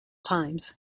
times